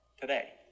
today